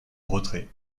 retrait